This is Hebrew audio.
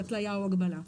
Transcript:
התליה או הגבלה.